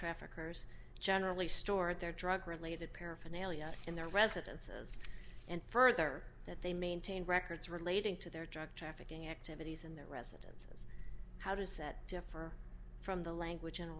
traffickers generally store their drug related paraphernalia in their residences and further that they maintain records relating to their drug trafficking activities in their residence how does that differ from the language and